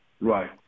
Right